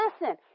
Listen